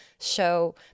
show